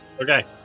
Okay